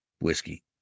whiskey